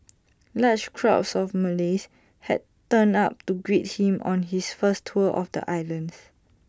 large crowds of Malays had turned up to greet him on his first tour of the islands